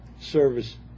service